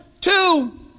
Two